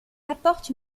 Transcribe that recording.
apporte